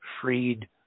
freed